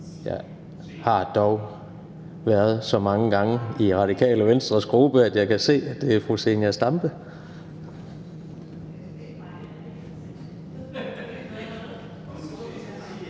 jeg har dog været så mange gange i Radikale Venstres gruppe, at jeg kan se, at det er fru Zenia Stampe.